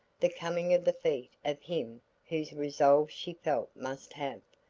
the coming of the feet of him whose resolve she felt must have,